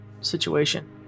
situation